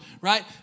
right